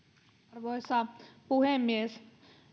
arvoisa puhemies